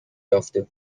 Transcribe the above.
یافته